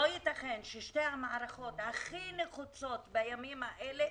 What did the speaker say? לא ייתכן ששתי המערכות הכי נחוצות בימים האלה,